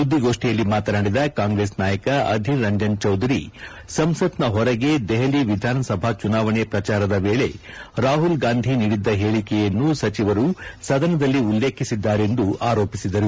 ಸುದ್ದಿಗೋಷ್ನಿಯಲ್ಲಿ ಮಾತನಾಡಿದ ಕಾಂಗ್ರೆಸ್ ನಾಯಕ ಅಧೀರ್ ರಂಜನ್ ಚೌಧುರಿ ಸಂಸತ್ನ ಹೊರಗೆ ದೆಹಲಿ ವಿಧಾನಸಭಾ ಚುನಾವಣೆ ಪ್ರಚಾರದ ವೇಳೆ ರಾಹುಲ್ ಗಾಂಧಿ ನೀಡಿದ್ದ ಹೇಳಿಕೆಯನ್ನು ಸಚಿವರು ಸದನದಲ್ಲಿ ಉಲ್ಲೇಖಿಸಿದ್ದಾರೆಂದು ಆರೋಪಿಸಿದರು